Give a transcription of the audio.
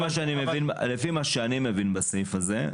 לפי מה שאני מבין בסעיף הזה,